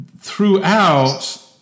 throughout